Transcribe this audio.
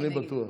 אני בטוח.